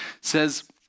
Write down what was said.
says